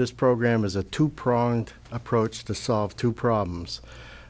this program is a two pronged approach to solve two problems